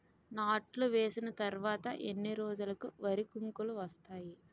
నాట్లు వేసిన తర్వాత ఎన్ని రోజులకు వరి కంకులు వస్తాయి?